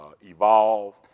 evolve